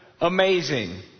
amazing